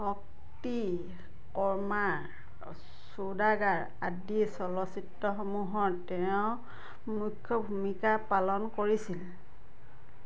শক্তি কৰ্মা চৌদাগৰ আদি চলচ্চিত্ৰসমূহত তেওঁ মুখ্য ভূমিকা পালন কৰিছিল